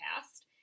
past